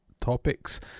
topics